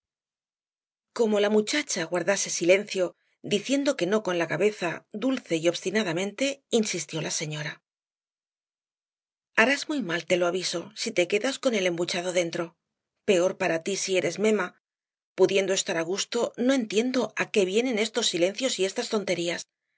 como la muchacha guardase silencio diciendo que no con la cabeza dulce y obstinadamente insistió la señora harás muy mal te lo aviso si te quedas con el embuchado dentro peor para ti si eres mema pudiendo estar á gusto no entiendo á qué vienen estos silencios y estas tonterías